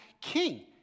king